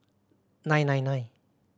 nine nine nine